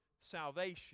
salvation